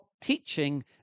teaching